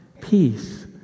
peace